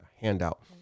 handout